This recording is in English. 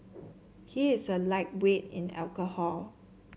he is a lightweight in alcohol